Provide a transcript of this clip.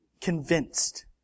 convinced